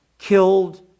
killed